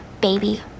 Baby